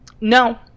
No